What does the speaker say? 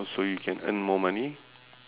so you can earn more money